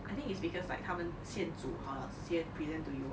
I think it's because like 他们现煮好了直接 present to you